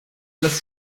lässt